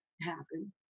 happen